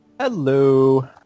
Hello